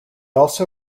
also